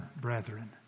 brethren